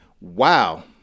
Wow